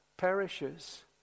perishes